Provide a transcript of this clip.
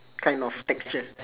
kind of texture